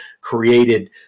created